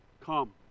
come